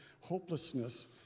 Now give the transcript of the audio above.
hopelessness